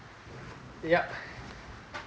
yup